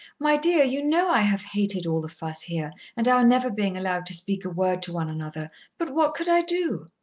my dear, you know i have hated all the fuss here, and our never being allowed to speak a word to one another. but what could i do?